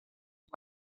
机关